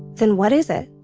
then what is it?